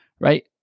right